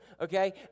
Okay